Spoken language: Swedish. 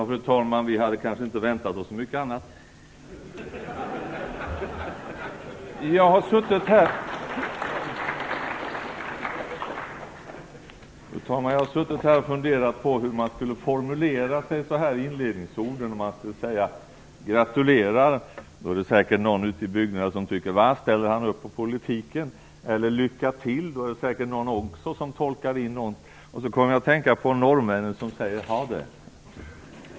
Fru talman! Vi hade kanske inte väntat oss så mycket annat. Jag har suttit här och funderat på hur man skulle formulera sina inledningsord. Om jag skulle säga gratulerar är det säkert någon ute i bygderna som undrar om jag ställer upp på politiken. Om jag säger lycka till är det säkert också någon som tolkar in något i det. Då kom jag att tänka på norrmännen som säger: Ha det!